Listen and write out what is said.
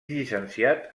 llicenciat